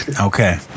okay